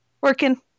Working